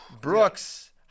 Brooks